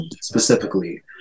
specifically